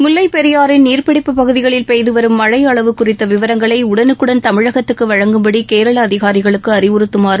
முல்லைப் பெரியாறின் நீர்பிடிப்புப் பகுதிகளில் பெய்து வரும் மழை அளவு குறித்த விவரங்களை உடனுக்குடன் தமிழகத்துக்கு வழங்கும்படி கேரள அதிகாரிகளுக்கு அறிவுறுத்துமாறு